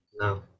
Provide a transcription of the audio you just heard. No